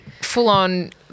full-on